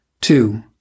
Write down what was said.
Two